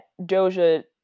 Doja